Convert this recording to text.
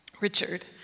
Richard